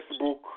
Facebook